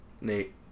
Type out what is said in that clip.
Nate